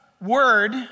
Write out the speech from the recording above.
word